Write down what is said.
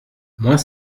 moins